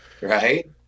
right